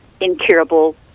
incurable